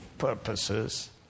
purposes